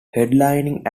headlining